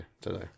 today